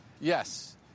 Yes